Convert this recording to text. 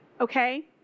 okay